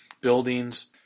buildings